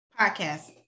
Podcast